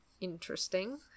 interesting